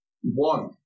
One